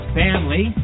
family